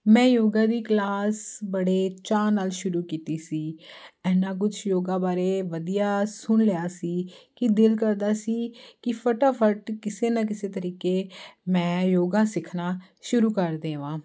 ਮੈਂ ਯੋਗਾ ਦੀ ਕਲਾਸ ਬੜੇ ਚਾਅ ਨਾਲ ਸ਼ੁਰੂ ਕੀਤੀ ਸੀ ਇੰਨਾ ਕੁਛ ਯੋਗਾ ਬਾਰੇ ਵਧੀਆ ਸੁਣ ਲਿਆ ਸੀ ਕੀ ਦਿਲ ਕਰਦਾ ਸੀ ਕਿ ਫਟਾਫਟ ਕਿਸੇ ਨਾ ਕਿਸੇ ਤਰੀਕੇ ਮੈਂ ਯੋਗਾ ਸਿੱਖਣਾ ਸ਼ੁਰੂ ਕਰ ਦੇਵਾਂ